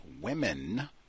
women